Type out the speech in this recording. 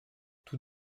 tout